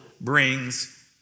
brings